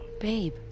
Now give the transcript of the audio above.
Babe